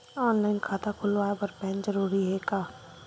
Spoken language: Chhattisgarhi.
ऑनलाइन खाता खुलवाय बर पैन जरूरी हे का?